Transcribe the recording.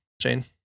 jane